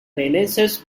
renaissance